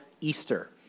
Easter